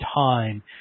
time